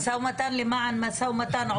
משא ומתן למען משא ומתן,